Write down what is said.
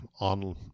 on